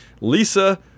Lisa